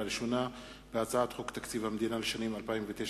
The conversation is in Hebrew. ראשונה בהצעת חוק תקציב המדינה לשנות הכספים 2009